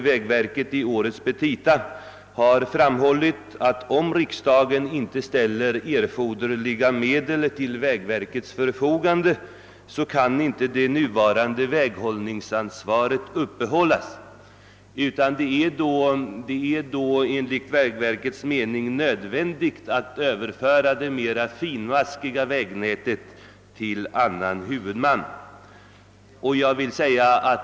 Vägverket har i årets petita framhållit att om riksdagen inte ställer erforderliga medel till vägverkets förfogande, kan det nuvarande väghållningsansvaret inte uppehållas. Det är då enligt vägverkets mening nödvändigt att överföra det mera finmaskiga vägnätet till annan huvudman.